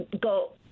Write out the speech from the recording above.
go